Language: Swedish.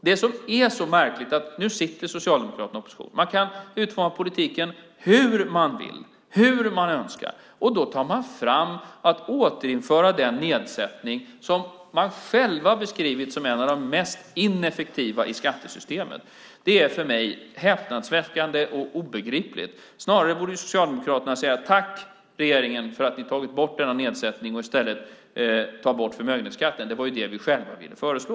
Det som är så märkligt är att nu sitter Socialdemokraterna i opposition och kan utforma politiken hur de vill och hur de önskar, och då tar de fram att de vill återinföra den nedsättning som de själva har beskrivit som en av de mest ineffektiva i skattesystemet! Det är för mig häpnadsväckande och obegripligt. Snarare borde Socialdemokraterna säga: Tack, regeringen, för att ni har tagit bort denna nedsättning och i stället tar bort förmögenhetsskatten, för det var det vi själva ville föreslå!